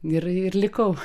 ir ir likau